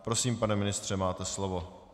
Prosím, pane ministře, máte slovo.